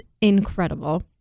incredible